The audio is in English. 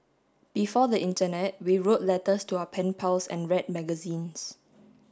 before the internet we wrote letters to our pen pals and read magazines